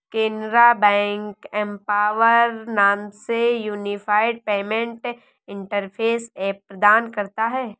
Canara bank empower नाम से unified payment interface app प्रदान करता हैं